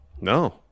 No